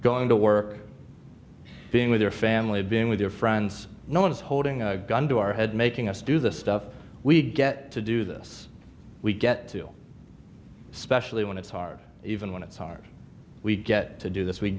going to work being with your family being with your friends no one is holding a gun to our head making us do the stuff we get to do this we get to especially when it's hard even when it's hard we get to do this we